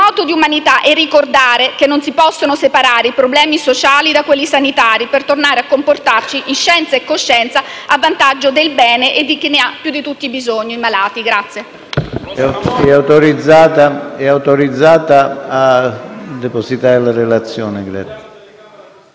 moto di umanità e ricordare che non si possono separare i problemi sociali da quelli sanitari per tornare a comportarci, in scienza e coscienza, a vantaggio del bene di chi ne ha più bisogno: i malati. **Testo